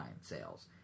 sales